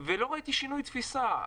ולא ראיתי שינוי תפיסה.